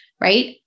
right